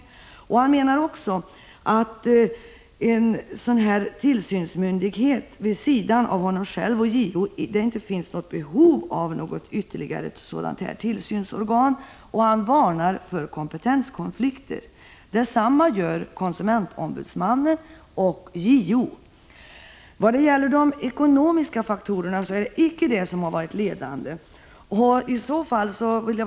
Han anser också att det vid sidan av honom själv och JO inte finns behov av något ytterligare tillsynsorgan, och han varnar för kompetenskonflikter. Detsamma gör konsumentombudsmannen och JO. De ekonomiska faktorerna har icke varit ledande för vårt ställningstagande.